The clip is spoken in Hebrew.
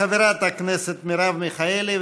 חברת הכנסת מרב מיכאלי,